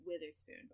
Witherspoon